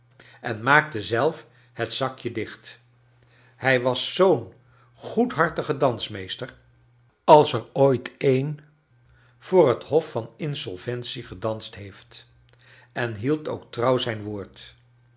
en maakte zelf het zakje dicht hij was zoo'n goedhartige dansmeester als er ooit een voor het hof van insolventie gedanst heeft en hield ook trouw zijn woord